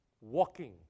walking